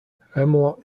hemlock